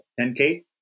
10k